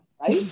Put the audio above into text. Right